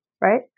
right